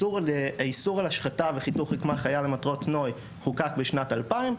האיסור על השחתה וחיתוך רקמה חיה למטרות נוי חוקק בשנת 2000,